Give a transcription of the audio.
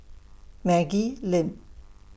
Maggie Lim